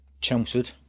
Chelmsford